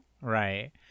right